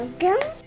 Welcome